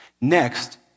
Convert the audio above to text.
Next